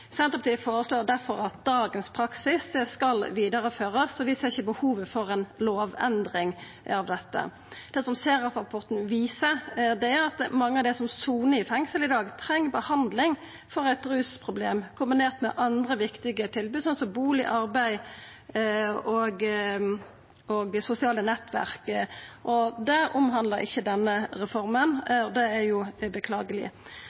Senterpartiet føreslår derfor at dagens praksis skal vidareførast, og vi ser ikkje behovet for ei lovendring når det gjeld dette. Det som SERAF-rapporten viser, er at mange av dei som sonar i fengsel i dag, treng behandling for eit rusproblem, kombinert med andre viktige tilbod som bustad, arbeid og sosiale nettverk. Det omhandlar ikkje denne reforma, og det er beklageleg.